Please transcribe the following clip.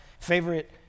favorite